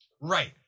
right